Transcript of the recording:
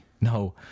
No